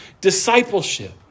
discipleship